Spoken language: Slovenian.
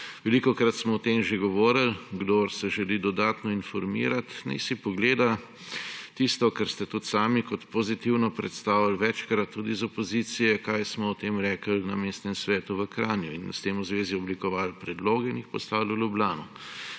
Velikokrat smo o tem že govorili, kdor se želi dodatno informirati, naj si pogleda tisto, kar ste tudi sami kot pozitivno predstavili večkrat tudi iz opozicije, kaj smo o tem rekli na mestnem svetu v Kranju in s tem v zvezi oblikovali predloge in jih poslali v Ljubljano.